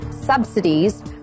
subsidies